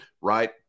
right